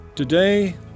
Today